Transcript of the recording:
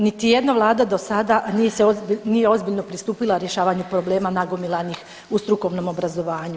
Hvala [[Upadica: Mikrofon]] [[Govornik naknadno uključen]] niti jedna vlada do sada nije ozbiljno pristupila rješavanju problema nagomilanih u strukovnom obrazovanju.